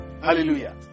Hallelujah